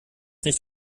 nicht